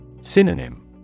Synonym